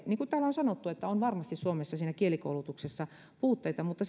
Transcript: niin kuin täällä on sanottu on varmasti suomessa siinä kielikoulutuksessa puutteita mutta